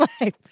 life